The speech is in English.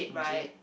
Jay